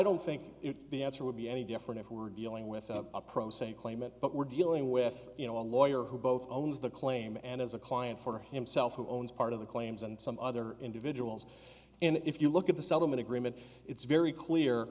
don't think the answer would be any different if we were dealing with a pro se claimant but we're dealing with you know a lawyer who both owns the claim and as a client for himself who owns part of the claims and some other individuals and if you look at the settlement agreement it's very clear